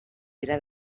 era